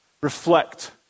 reflect